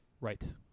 Right